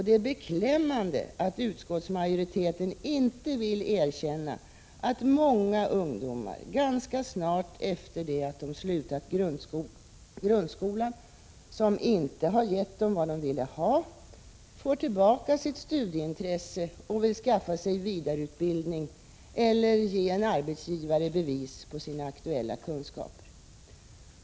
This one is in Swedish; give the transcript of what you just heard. Det är beklämmande att utskottsmajoriteten inte vill erkänna att många ungdomar ganska snart efter det att de slutat grundskolan — som inte har gett dem vad de ville ha — får tillbaka sitt studieintresse och vill skaffa sig vidareutbildning eller ge en arbetsgivare bevis på sina aktuella kunskaper.